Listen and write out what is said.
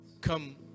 come